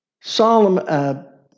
Solomon